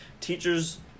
teachers